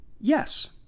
Yes